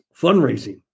fundraising